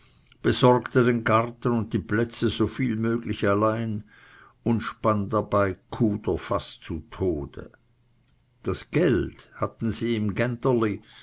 besorgte den garten und die plätze so viel möglich allein und spann dabei kuder fast zu tode das geld hatten sie im